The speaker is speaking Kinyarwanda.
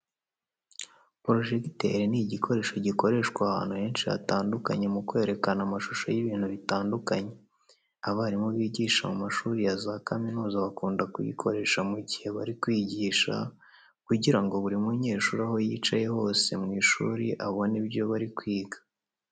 Porojegiteri ni igikoresho gikoreshwa ahantu henshi hatandukanye mu kwerekana amashusho y'ibintu bitandukanye. Abarimu bigisha mu mashuri ya za kaminuza bakunda kuyikoresha mu gihe bari kwigisha kugira ngo buri munyeshuri aho yicaye hose mu ishuri abone ibyo bari kwiga.